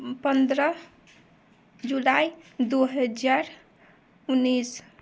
पंद्रह जुलाई दू हजार उन्नैस